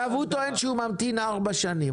הוא טוען שהוא ממתין ארבע שנים,